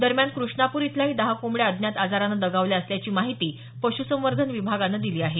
दरम्यान क्रष्णापूर इथल्याही दहा कोंबड्या अज्ञात आजारानं दगावल्या असल्याची माहिती पश्रसंवर्धन विभागानं दिली आहे